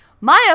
Maya